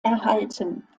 erhalten